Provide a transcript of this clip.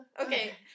okay